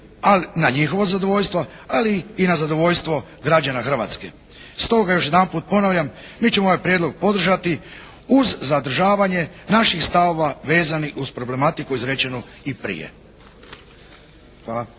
na njihovo zadovoljstvo, ali i na zadovoljstvo građana Hrvatske. Stoga još jedanput ponavljam, mi ćemo ovaj Prijedlog podržati uz zadržavanje naših stavova vezanih uz problematiku izrečenu i prije. Hvala.